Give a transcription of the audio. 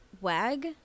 WAG